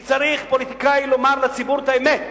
כי פוליטיקאי צריך לומר לציבור את האמת.